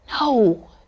No